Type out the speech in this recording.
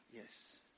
Yes